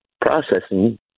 processing